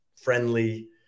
friendly